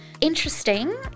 interesting